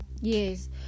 yes